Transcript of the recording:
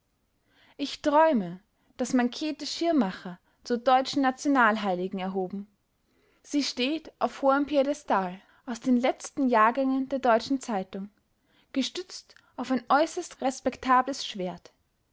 ich träume daß man käthe schirmacher zur deutschen nationalheiligen erhoben sie steht auf hohem piedestal aus den letzten jahrgängen der deutschen zeitung gestützt auf ein äußerst respektables schwert